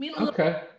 Okay